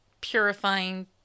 purifying